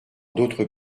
d’autres